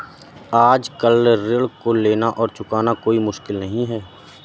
आजकल ऋण को लेना और चुकाना कोई मुश्किल नहीं है